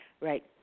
Right